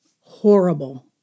Horrible